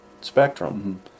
spectrum